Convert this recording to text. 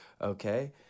Okay